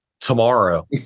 Tomorrow